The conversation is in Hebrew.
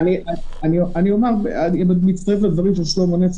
אני מצטרף לדברים של שלמה נס,